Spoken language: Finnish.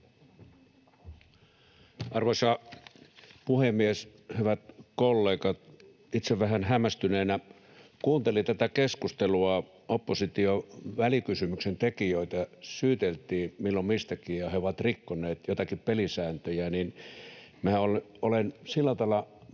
Arvoisa puhemies, hyvät kollegat! Itse vähän hämmästyneenä kuuntelin tätä keskustelua. Opposition välikysymyksen tekijöitä syyteltiin milloin mistäkin, että he ovat rikkoneet joitakin pelisääntöjä. Minä olen sillä tavalla